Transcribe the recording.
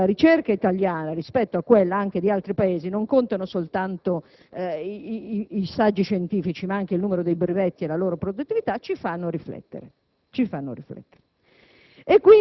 della ricerca italiana rispetto a quella di altri Paesi - perché non contano soltanto i saggi scientifici, ma anche il numero dei brevetti e la loro produttività - ci fanno riflettere.